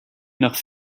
nach